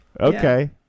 Okay